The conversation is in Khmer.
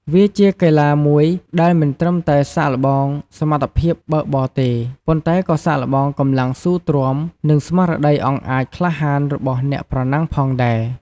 វាជាកីឡាមួយដែលមិនត្រឹមតែសាកល្បងសមត្ថភាពបើកបរទេ ប៉ុន្តែក៏សាកល្បងកម្លាំងស៊ូទ្រាំ និងស្មារតីអង់អាចក្លាហានរបស់អ្នកប្រណាំងផងដែរ។